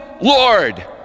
Lord